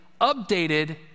updated